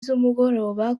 zumugoroba